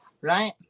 right